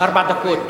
ארבע דקות.